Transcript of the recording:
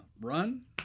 run